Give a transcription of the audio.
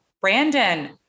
brandon